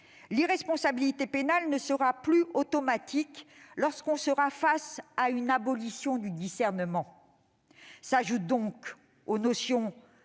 l'irresponsabilité pénale ne sera plus automatique lorsqu'on sera face à une abolition du discernement. S'ajoute donc, aux notions